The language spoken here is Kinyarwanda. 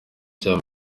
cya